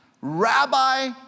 rabbi